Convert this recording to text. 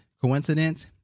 Coincidence